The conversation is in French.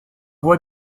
voie